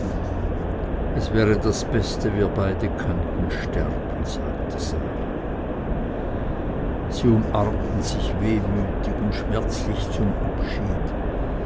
es wäre das beste wir beide könnten sterben sagte sali sie umarmten sich wehmütig und schmerzlich zum abschied